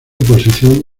posición